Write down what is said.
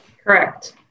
Correct